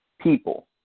people